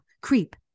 creep